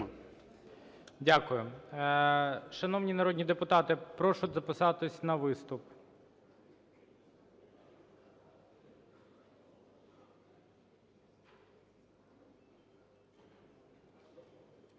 Дякую. Шановні народні депутати, прошу записатися на виступ.